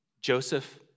Joseph